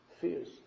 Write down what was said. fears